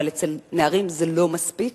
אבל אצל נערים זה לא מספיק,